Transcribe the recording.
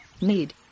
need